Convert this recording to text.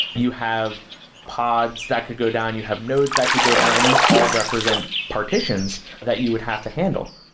you have pods that could go down. you have nodes that could go down, and these all represent partitions that you would have to handle.